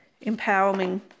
empowering